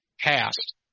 cast